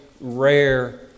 rare